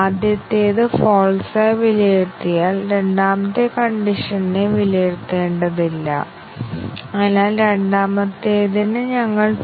അതിനാൽ നിങ്ങൾ ടെസ്റ്റ് കേസുകൾ സ്വമേധയാ രൂപകൽപ്പന ചെയ്താൽ ആ ചെറിയ പ്രോഗ്രാമിനായി നമുക്ക് 100 ശതമാനം സ്റ്റേറ്റ്മെന്റ് കവറേജ് നേടാൻ കഴിയുന്ന മൂല്യങ്ങൾ ഇവയാണെന്ന് ഞങ്ങൾ കാണും